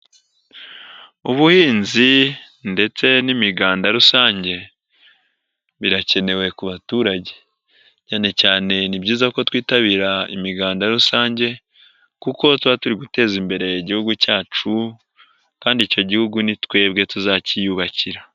Ubuhinzi ndetse n'imiganda rusange birakenewe ku baturage cyane cyane ni byiza ko twitabira imiganda rusange kuko tuba turi guteza imbere igihugu cyacu kandi icyo gihugu ni twebwe tuzacyiyubakira.